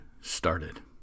started